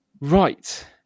right